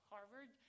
Harvard